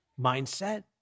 mindset